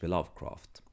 Lovecraft